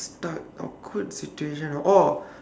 stuck awkward situation ah orh